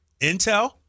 Intel